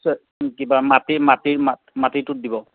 আচ্ছা কিবা মাটি মাটিৰ মাটিৰটোত দিব